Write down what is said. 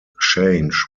change